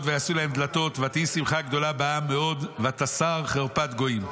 ויעשו להם דלתות ותהי שמחה גדולה בעם מאוד ותסר חרפת גויים.